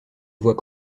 voit